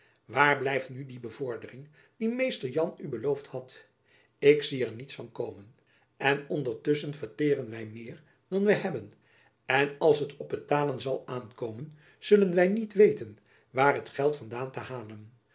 waar blijft nu die bevordering die mr jan u beloofd had ik zie er niets van komen en ondertusschen verteeren wy meer dan wy hebben en als het op betalen zal aankomen zullen wy niet weten waar het geld van daan te halen